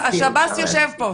השב"ס יושב פה,